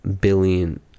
billion